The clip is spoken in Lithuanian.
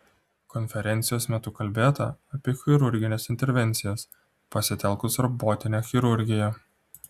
konferencijos metu kalbėta apie chirurgines intervencijas pasitelkus robotinę chirurgiją